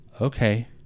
okay